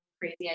crazy